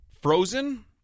Frozen